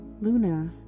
Luna